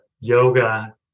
yoga